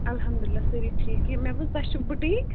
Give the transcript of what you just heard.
اَلحَمدُاللہ سٲری ٹھیٖک یہِ مےٚ بوٗز تۄہہِ چھُو بُٹیٖک